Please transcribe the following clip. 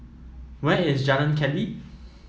where is Jalan Keli